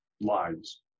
lives